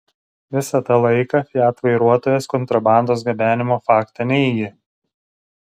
visą tą laiką fiat vairuotojas kontrabandos gabenimo faktą neigė